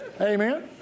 Amen